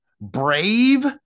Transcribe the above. Brave